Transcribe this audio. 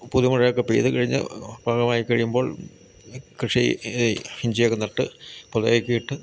പുതുമഴയൊക്കെ പെയ്തു കഴിഞ്ഞു പാകമായി കഴിയുമ്പോൾ കൃഷി ഇഞ്ചിയൊക്കെ നട്ട് പുകയൊക്കെ ഇട്ട്